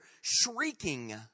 shrieking